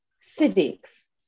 civics